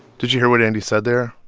did you hear what andy said there,